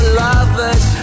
lovers